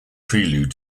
prelude